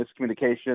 miscommunication